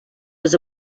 was